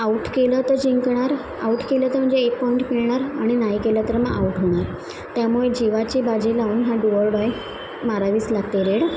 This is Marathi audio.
आउट केलं तर जिंकणार आउट केलं तर म्हणजे एक पॉईंट मिळणार आणि नाही केलं तर मग आउट होणार त्यामुळे जिवाची बाजी लावून हा डु ऑर डाय मारावीच लागते रेड